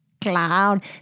cloud